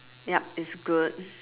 yup it's good